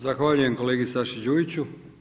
Zahvaljujem kolegi Saši Đujiću.